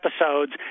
episodes